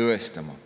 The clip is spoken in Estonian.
tõestama.